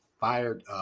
fired